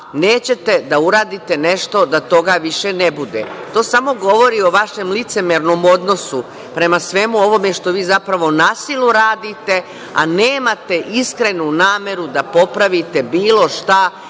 nećete da uradite nešto da toga više ne bude. To samo govori o vašem licemernom odnosu prema svemu ovome što vi zapravo na silu radite, a nemate iskrenu nameru da popravite bilo šta